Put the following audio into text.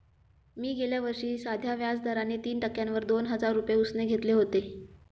मी गेल्या वर्षी साध्या व्याज दराने तीन टक्क्यांवर दोन हजार रुपये उसने घेतले होते